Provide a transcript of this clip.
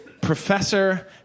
professor